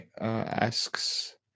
asks